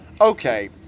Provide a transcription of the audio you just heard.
okay